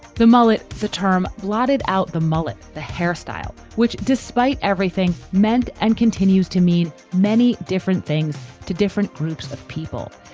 the mullet. the term blotted out the mullet, the hairstyle, which despite everything meant and continues to mean many different things to different groups of people.